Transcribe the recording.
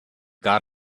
got